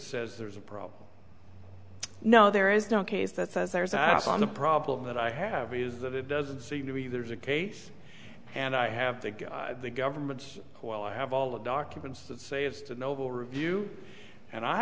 says there's a problem no there is no case that says there's an app on the problem that i have is that it doesn't seem to be there's a case and i have to get the government's while i have all of documents that say it's a noble review and i